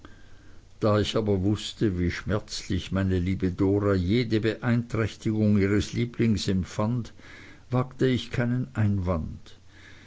da ich aber wußte wie schmerzlich meine liebe dora jede beeinträchtigung ihres lieblings empfand wagte ich keinen einwand